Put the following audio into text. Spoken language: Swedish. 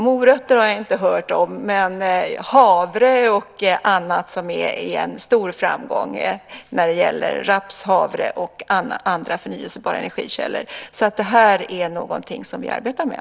Morötter har jag inte hört om, men om havre, raps och andra förnyelsebara energikällor som har varit en stor framgång. Det här är någonting som vi arbetar med.